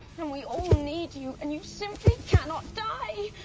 and we all need you. and you simply cannot die!